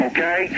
Okay